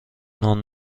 نان